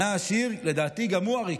ענה העשיר: לדעתי גם הוא עריק.